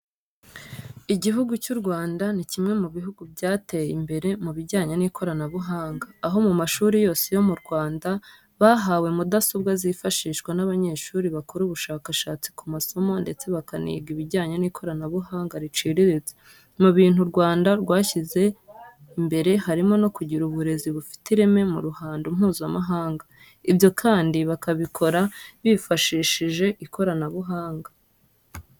Igihugu cy'u Rwanda ni kimwe mu bihugu byateye imbere mu bijyanye n'ikoranabuhanga, aho mu mashuri yose yo mu Rwanda bahawe mudasobwa zifashishwa n'abanyeshuri bakora ubushakashatsi ku masomo ndetse bakaniga ibijyanye n'ikoranabuhanga riciriritse. Mu bintu u Rwanda rwashyize imbere harimo no kugira uburezi bufite ireme mu ruhando Mpuzamahanga. Ibyo kandi bakabikora bifashishije ikoranabuhanga.